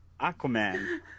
Aquaman